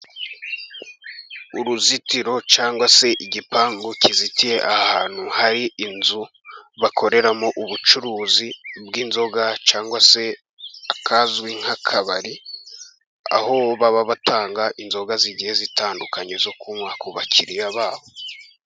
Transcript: Uruzitiro cyangwa se igipangu kizitiye ahantu hari inzu bakoreramo ubucuruzi bw'inzoga cyangwa se akazwi nk'akabari, aho baba batanga inzoga zigiye zitandukanye zo kunywa ku bakiriya babo.